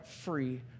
free